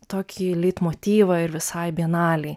tokį leitmotyvą ir visai bienalei